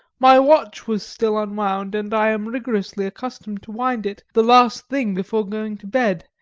my watch was still unwound, and i am rigorously accustomed to wind it the last thing before going to bed,